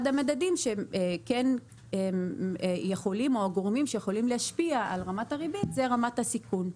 אחד הגורמים שכן יכולים להשפיע על רמת הריבית הוא רמת הסיכון.